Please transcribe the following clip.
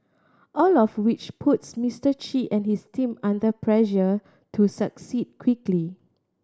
all of which puts Mister Chi and his team under pressure to succeed quickly